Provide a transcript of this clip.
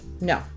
no